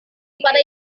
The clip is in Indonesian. kepada